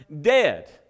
dead